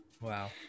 Wow